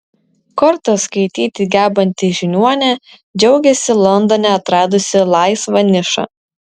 kortas skaityti gebanti žiniuonė džiaugiasi londone atradusi laisvą nišą